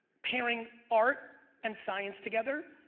pairing art and science together